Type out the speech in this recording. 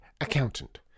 Accountant